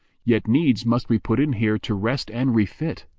yet needs must we put in here to rest and refit.